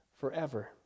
forever